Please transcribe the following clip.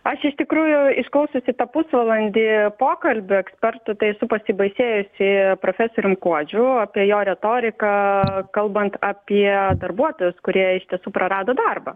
aš iš tikrųjų išklausiusi tą pusvalandį pokalbio ekspertų tai esu pasibaisėjusi profesorium kuodžiu apie jo retoriką kalbant apie darbuotojus kurie iš tiesų prarado darbą